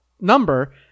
number